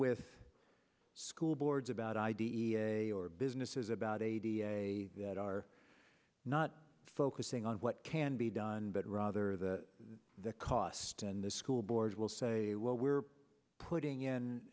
with school boards about i d e a or businesses about a d a that are not focusing on what can be done but rather that the cost and the school boards will say well we're putting in